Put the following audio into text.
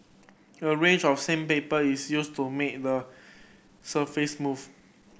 a range of sandpaper is used to make the surface smooth